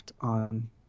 on